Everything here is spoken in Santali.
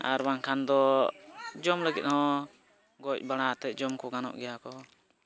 ᱟᱨ ᱵᱟᱝᱠᱷᱟᱱ ᱫᱚ ᱡᱚᱢ ᱞᱟᱹᱜᱤᱫ ᱦᱚᱸ ᱜᱚᱡ ᱵᱟᱲᱟ ᱠᱟᱛᱮᱫ ᱡᱚᱢ ᱠᱚ ᱜᱟᱱᱚᱜ ᱜᱮᱭᱟ ᱠᱚ